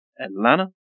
Atlanta